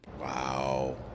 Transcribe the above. Wow